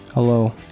Hello